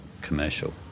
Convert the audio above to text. commercial